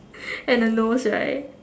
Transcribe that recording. and a nose right